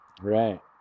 Right